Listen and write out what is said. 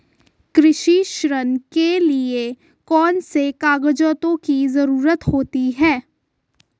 कृषि ऋण के लिऐ कौन से कागजातों की जरूरत होती है?